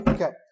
Okay